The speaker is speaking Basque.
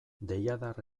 deiadar